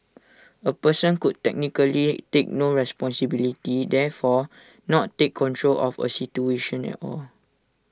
A person could technically take no responsibility therefore not take control of A situation at all